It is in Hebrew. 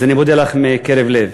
אז אני מודה לך מקרב לב.